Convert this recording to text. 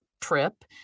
trip